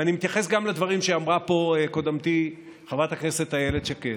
ואני מתייחס גם לדברים שאמרה פה קודמתי חברת הכנסת איילת שקד: